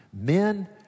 Men